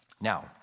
Now